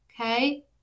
okay